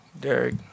Derek